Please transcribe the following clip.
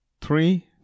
Three